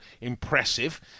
impressive